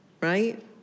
right